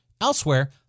elsewhere